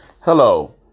Hello